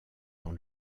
dans